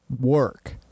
work